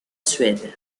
suède